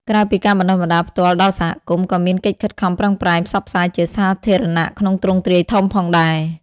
ក្រៅពីការបណ្ដុះបណ្ដាលផ្ទាល់ដល់សហគមន៍ ក៏មានកិច្ចខិតខំប្រឹងប្រែង ផ្សព្វផ្សាយជាសាធារណៈ ក្នុងទ្រង់ទ្រាយធំផងដែរ។